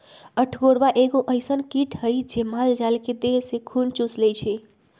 अठगोरबा एगो अइसन किट हइ जे माल जाल के देह से खुन चुस लेइ छइ